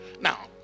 Now